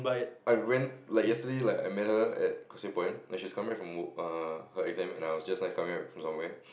I ran like yesterday like I met her at Causeway-Point and she comes back from err her exam and I was just nice come somewhere